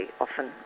often